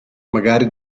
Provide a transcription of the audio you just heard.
magari